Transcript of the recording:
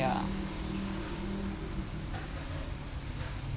ya